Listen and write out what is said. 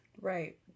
Right